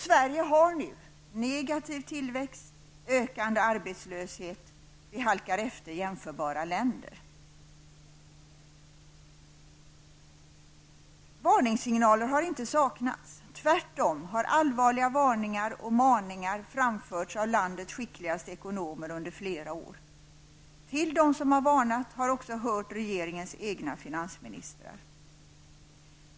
Sverige har nu negativ tillväxt och ökande arbetslöshet och Sverige halkar efter jämförbara länder. Varningssignaler har inte saknats. Tvärtom har allvarliga varningar och maningar framförts av landets skickligaste ekonomer under flera år. Till dem som varnat har också hört regeringens egna finansministrar.